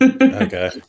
okay